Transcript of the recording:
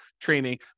training